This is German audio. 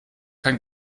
kein